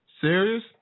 Serious